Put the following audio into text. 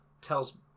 tells